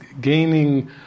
gaining